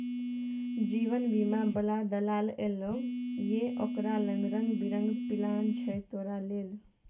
जीवन बीमा बला दलाल एलौ ये ओकरा लंग रंग बिरंग पिलान छौ तोरा लेल